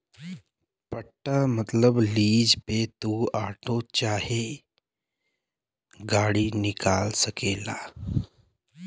पट्टा मतबल लीज पे तू आटो चाहे गाड़ी निकाल सकेला